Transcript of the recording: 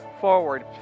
forward